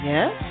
Yes